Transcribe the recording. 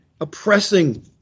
oppressing